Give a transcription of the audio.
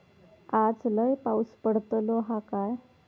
आज लय पाऊस पडतलो हा काय?